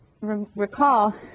recall